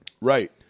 Right